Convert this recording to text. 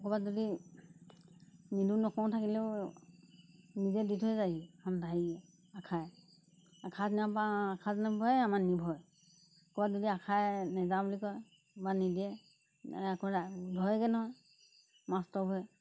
ক'ৰবাত যদি নিদিও নকওঁ থাকিলেও নিজে দি থৈ যায়হি ঘৰত আহি আশাই আশাজনৰ পৰা আশাজনৰ আমাৰ নিৰ্ভৰ ক'ৰবাত যদি আশাই নেযাওঁ বুলি কয় ক'ৰবাত নিদিয়ে আকৌ ধৰেগৈ নহয় মাষ্টৰবোৰে